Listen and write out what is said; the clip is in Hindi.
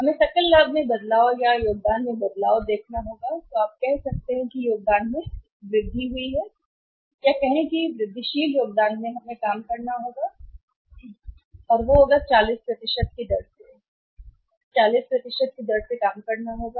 हमें सकल लाभ में बदलाव या योगदान में बदलाव देखना होगा आप कह सकते हैं कि वृद्धि हुई है योगदान या कहें वृद्धिशील योगदान में हमें काम करना होगा और वह होगा 40 की दर से 40 की दर से काम करना होगा